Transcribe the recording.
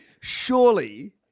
surely